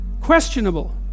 questionable